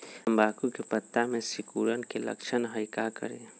तम्बाकू के पत्ता में सिकुड़न के लक्षण हई का करी?